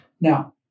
Now